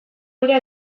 dira